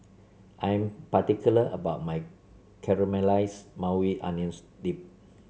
I am particular about my Caramelized Maui Onions Dip